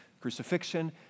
Crucifixion